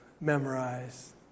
memorize